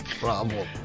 problem